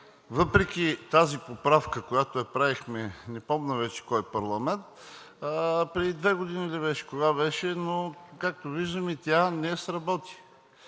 Въпреки тази поправка, която я правихме, не помня вече кой парламент, преди две години ли беше, кога беше, но както виждаме, тя не сработи.